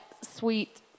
sweet